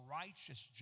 righteous